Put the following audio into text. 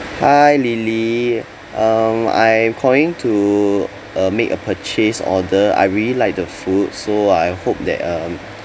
hi lily um I am calling to uh make a purchase order I really like the food so I hope that uh um